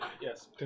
Yes